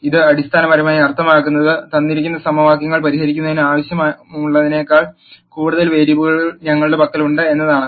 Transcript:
ഇത് അടിസ്ഥാനപരമായി അർത്ഥമാക്കുന്നത് തന്നിരിക്കുന്ന സമവാക്യങ്ങൾ പരിഹരിക്കുന്നതിന് ആവശ്യമായതിനേക്കാൾ കൂടുതൽ വേരിയബിളുകൾ ഞങ്ങളുടെ പക്കലുണ്ട് എന്നതാണ്